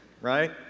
right